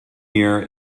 year